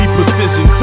Precision